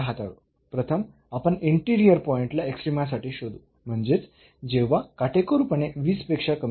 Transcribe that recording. प्रथम आपण interior point ला एक्स्ट्रीमा साठी शोधू म्हणजेच जेव्हा काटेकोरपणे 20 पेक्षा कमी असेल